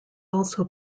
also